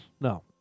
No